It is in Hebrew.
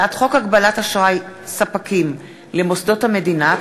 הצעת חוק הגבלת אשראי ספקים למוסדות המדינה,